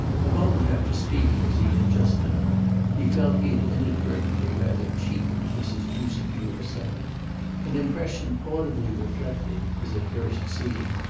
a moment after speaking as he had just done he felt he had inadvertently rather cheapened mrs. newsome to her son an impression audibly reflected, as at first seen,